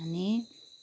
अनि